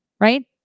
right